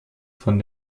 von